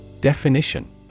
Definition